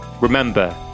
Remember